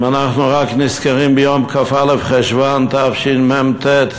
אם אנחנו רק נזכרים ביום כ"א בחשוון תשמ"ט,